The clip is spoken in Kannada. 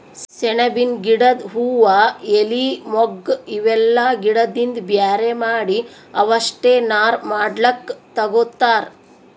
ಸೆಣಬಿನ್ ಗಿಡದ್ ಹೂವಾ ಎಲಿ ಮೊಗ್ಗ್ ಇವೆಲ್ಲಾ ಗಿಡದಿಂದ್ ಬ್ಯಾರೆ ಮಾಡಿ ಅವಷ್ಟೆ ನಾರ್ ಮಾಡ್ಲಕ್ಕ್ ತಗೊತಾರ್